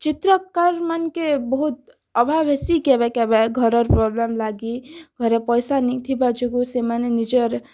ଚିତ୍ରକାର୍ ମାନ୍କେ ବହୁତ୍ ଅଭାବ୍ ହେସି କେବେ କେବେ ଘରର୍ ପ୍ରୋବ୍ଲେମ୍ ଲାଗି ଘରେ ପଇସା ନାଇଁ ଥିବାର୍ ଯୋଗୁଁ ସେମାନେ ନିଜର୍